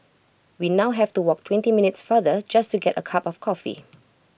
we now have to walk twenty minutes farther just to get A cup of coffee